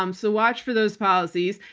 um so watch for those policies.